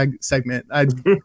segment